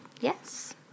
Yes